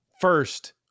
First